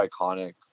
iconic